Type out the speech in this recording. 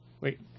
Wait